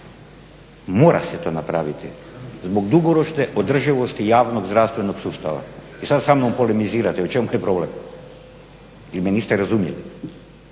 mora se to napraviti zbog dugoročne održivosti javnog zdravstvenog sustava i sad samnom polemizirate, o čemu je problem ili me niste razumjeli,